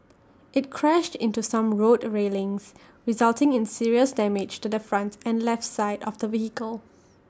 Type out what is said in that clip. IT crashed into some road railings resulting in serious damage to the front and left side of the vehicle